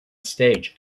stage